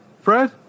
Fred